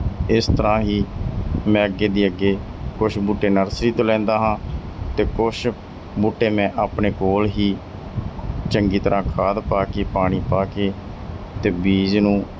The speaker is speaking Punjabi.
ਇਸ ਤਰ੍ਹਾਂ ਹੀ ਮੈਂ ਅੱਗੇ ਦੀ ਅੱਗੇ ਕੁਛ ਬੂਟੇ ਨਾਲ ਲੈਂਦਾ ਹਾਂ ਅਤੇ ਕੁਛ ਬੂਟੇ ਮੈਂ ਆਪਣੇ ਕੋਲ ਹੀ ਚੰਗੀ ਤਰ੍ਹਾਂ ਖਾਦ ਪਾ ਕੇ ਪਾਣੀ ਪਾ ਕੇ ਅਤੇ ਬੀਜ ਨੂੰ